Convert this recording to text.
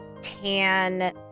tan